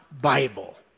Bible